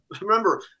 Remember